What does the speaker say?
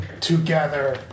together